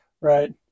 right